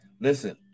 Listen